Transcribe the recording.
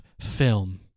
film